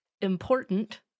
important